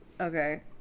okay